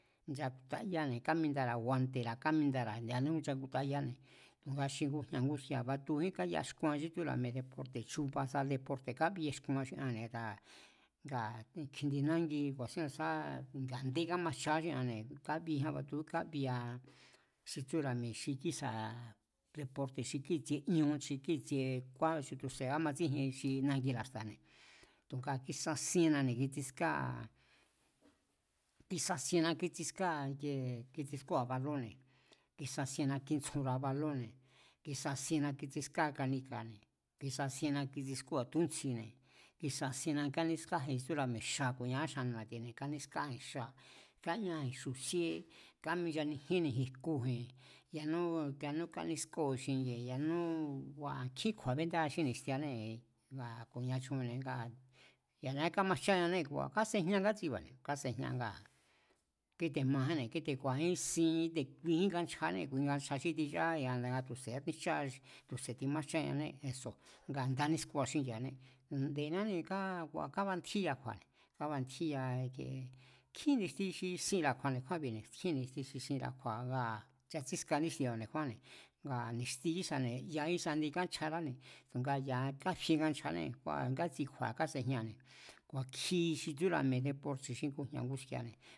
Nchakutayáne̱ kamindara̱ guante̱ra̱, kámindara̱ yanú nchakutayáne̱. Tu̱nga xi ngujña̱ nguski̱a̱ matujín káyaskuan xí tsúra̱ mi̱e̱ deporte̱, chuba̱sa deporte̱ kábiexkuan xi anne̱ ngaa̱, ngaa̱ kjindi nangi nga̱ndé kámajchaá xi anne̱, kabiejían, matujín kábiea xi tsúra̱ mi̱e̱ xi kísa̱ deporte̱ xi kíi̱tsie ñú, xi kíi̱tsie kúán xi tu̱se̱ kámatsíjien xi nangira̱ xta̱ne̱ tu̱ngaa̱ kisasiennane̱ kitsískáa, isasienna kitsískáa, ikiee kitsískóo̱a balónne̱, kisasienna kitsjunra̱a balonne̱, kisasienna kitsískáa kanika̱ne̱, kisasienna kitsískóo̱a túntsjine̱, kisasienna kánískáji̱ xi tsúra̱ mi̱e̱ xa ku̱nia áxannu̱ na̱tine̱, kánískáji̱n xa, kañaji̱n xu̱síé, káminchanijínniji̱n jkuji̱n, yanú yanú kánískóo̱ji̱n xingi̱ji̱n yanúu̱ nkjín kju̱a̱ bendáa xí ni̱xtianée̱ ngaa̱ ku̱nia chui̱nne̱ ya̱nia kámajcháanée̱ ngua̱ kasejña ngátsiba̱ne̱, kásejña ngaa̱ kíte̱ majínne̱ kíte̱ ku̱a̱jín sín, kíte̱ kuijín nganchjanée̱, kui nganchja xí ticháá ya̱nga tu̱se̱ kátsíjchá, ya̱nga tu̱se̱ timajcháñané, eso̱ nga nda kánískóo̱a xíngi̱a̱ané nde̱neáne̱ kábantjíya kju̱a̱. Kabantjíya ikee, nkjín ni̱xti xi sinra̱ kju̱a̱ nde̱kjúánbi̱ne̱, nkjín ni̱xti xi sinra̱ kju̱a̱ ngaa̱ nchatsíska níxtiba̱ nde̱kjúánne̱ ngaa̱ ni̱xti kísane̱, ya ísa indi ngánchjaráne̱, tu̱nga ya̱a káfie nganchjané a̱ ngatsi kju̱a̱ kásejñane̱. Ku̱a̱kji xi tsúra̱ mi̱e̱ deporte̱ xi ngujña̱ nguski̱a̱ne̱